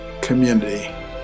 community